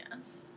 Yes